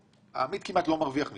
העמית כמעט לא מרוויח מזה.